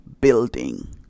building